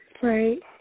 right